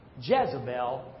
Jezebel